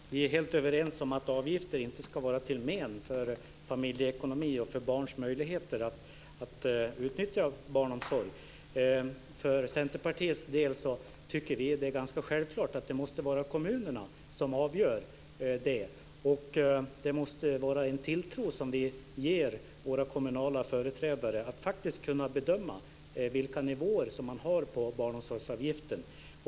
Fru talman! Vi är helt överens om att avgifter inte ska vara till men för familjeekonomin och för barns möjligheter att utnyttja barnomsorg. Vi i Centerpartiet tycker att det är ganska självklart att det måste vara kommunerna som avgör det. Vi måste tilltro våra kommunala företrädare att faktiskt kunna bedöma vilka nivåer man har på barnomsorgsavgiften.